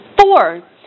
Four